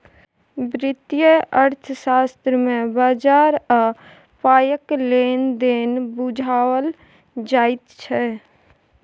वित्तीय अर्थशास्त्र मे बजार आ पायक लेन देन बुझाओल जाइत छै